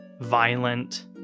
violent